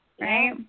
right